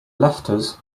letters